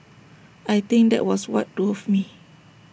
I think that was what drove me